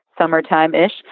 summertime-ish